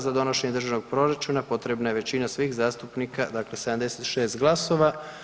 Za donošenje državnog proračuna potrebna je većina svih zastupnika, dakle 76 glasova.